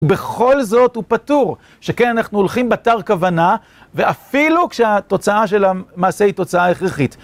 בכל זאת הוא פתור, שכן אנחנו הולכים בתר כוונה, ואפילו כשהתוצאה של המעשה היא תוצאה הכרחית.